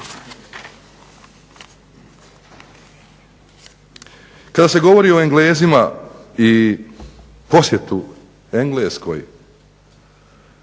Kada se govori o Englezima i posjetu Engleskoj